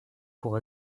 pour